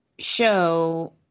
show